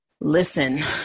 Listen